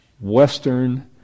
Western